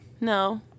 No